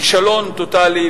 לכישלון טוטלי,